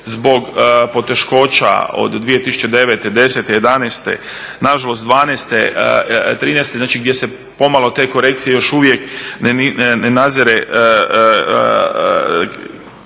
zbog poteškoća od 2009., 2010., 2011.nažalost 2012., 2013.gdje se pomalo te korekcije još uvijek ne nazire